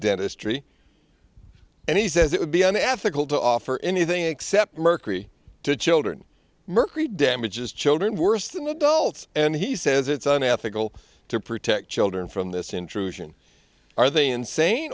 dentistry and he says it would be unethical to offer anything except mercury to children mercury damages children worse than adults and he says it's unethical to protect children from this intrusion are they insane